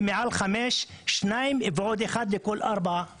ומעל חמישה שניים ועוד ארבעה נוספים.